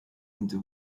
into